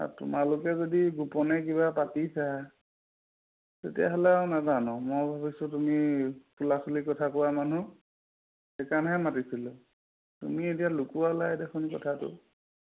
আৰু তোমালোকে যদি গোপনে কিবা পাতিছা তেতিয়াহ'লে আৰু নেজানো মই ভাবিছোঁ তুমি খোলাখুলি কথা কোৱা মানুহ সেইকাৰণেহে মাতিছিলোঁ তুমি এতিয়া লুকুৱালাই দেখোন কথাটো